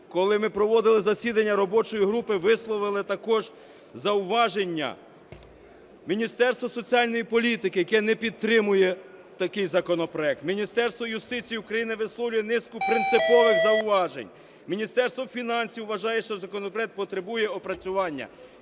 Коли ми проводили засідання робочої групи, висловили також зауваження Міністерство соціальної політики, яке не підтримує такий законопроект. Міністерство юстиції України висловлює низку принципових зауважень. Міністерство фінансів вважає, що законопроект потребує опрацювання.